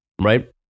right